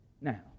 Now